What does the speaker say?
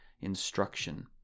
instruction